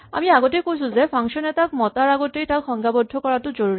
আমি আগতেই কৈছো যে ফাংচন এটাক মতাৰ আগতেই তাক সংজ্ঞাবদ্ধ কৰাটো জৰুৰী